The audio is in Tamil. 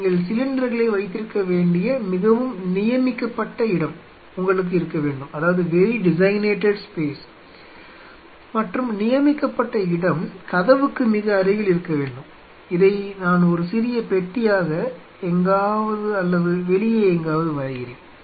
நீங்கள் சிலிண்டர்களை வைத்திருக்க வேண்டிய மிகவும் நியமிக்கப்பட்ட இடம் உங்களுக்கு இருக்க வேண்டும் மற்றும் நியமிக்கப்பட்ட இடம் கதவுக்கு மிக அருகில் இருக்க வேண்டும் இதை நான் ஒரு சிறிய பெட்டியாக எங்காவது அல்லது வெளியே எங்காவது வரைகிறேன்